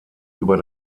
über